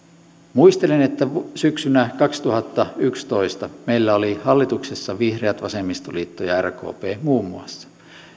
muistelen että syksyllä kaksituhattayksitoista meillä oli hallituksessa vihreät vasemmistoliitto ja ja rkp muun muassa